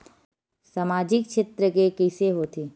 सामजिक क्षेत्र के कइसे होथे?